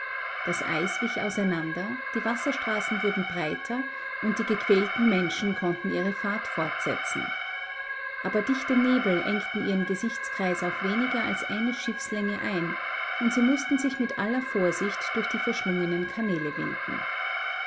das eis wich auseinander die wasserstraßen wurden breiter und die gequälten menschen konnten ihre fahrt fortsetzen aber dichte nebel engten ihren gesichtskreis auf weniger als eine schiffslänge ein und sie mußten sich mit aller vorsicht durch die verschlungenen kanäle winden